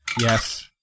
Yes